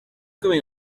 going